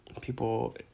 people